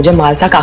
yeah mhalsa